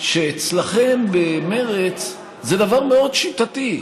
שאצלכם במרצ זה דבר מאוד שיטתי.